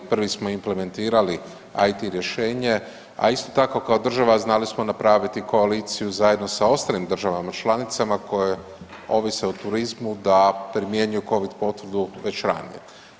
Prvi smo implementirali IT rješenje, a isto tako kao država znali smo napraviti koaliciju zajedno sa ostalim državama članicama koje ovise o turizmu da primjenjuju Covid potvrdu već ranije.